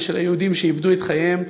ושל היהודים שאיבדו את חייהם.